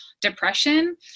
depression